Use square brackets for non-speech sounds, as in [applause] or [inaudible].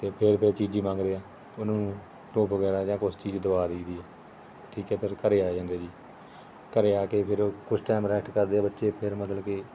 ਅਤੇ ਫਿਰ ਫਿਰ ਚੀਜ਼ੀ ਮੰਗਦੇ ਆ ਉਹਨੂੰ [unintelligible] ਵਗੈਰਾ ਜਾਂ ਕੁਛ ਚੀਜ਼ ਦਵਾ ਦਈਦੀ ਹੈ ਠੀਕ ਹੈ ਫਿਰ ਘਰ ਆ ਜਾਂਦੇ ਜੀ ਘਰ ਆ ਕੇ ਫਿਰ ਕੁਛ ਟਾਈਮ ਰੈਸਟ ਕਰਦੇ ਆ ਬੱਚੇ ਫਿਰ ਮਤਲਬ ਕਿ